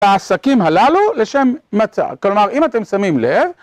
העסקים הללו לשם מצה, כלומר אם אתם שמים לב